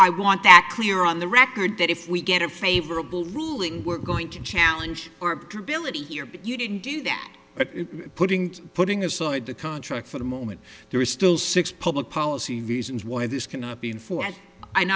i want that clear on the record that if we get a favorable ruling we're going to challenge or debility you didn't do that putting putting aside the contract for the moment there are still six public policy reasons why this cannot be enfor